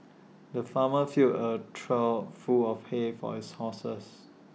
the farmer filled A trough full of hay for his horses